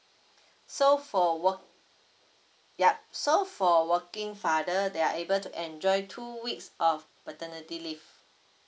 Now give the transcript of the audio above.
so for work yup so for working father they are able to enjoy two weeks of paternity leave